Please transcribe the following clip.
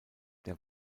der